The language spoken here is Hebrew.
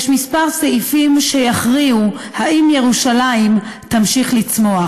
יש כמה סעיפים שיכריעו אם ירושלים תמשיך לצמוח,